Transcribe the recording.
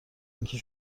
اینکه